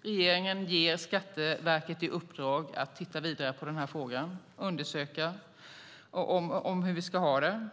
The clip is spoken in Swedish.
Regeringen ger Skatteverket i uppdrag att titta vidare på frågan och undersöka hur vi ska ha det.